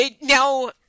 Now